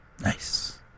Nice